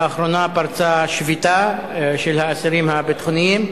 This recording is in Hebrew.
לאחרונה פרצה שביתה של האסירים הביטחוניים,